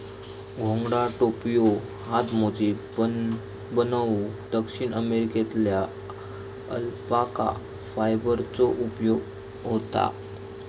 घोंगडा, टोप्यो, हातमोजे बनवूक दक्षिण अमेरिकेतल्या अल्पाका फायबरचो उपयोग होता